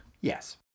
Yes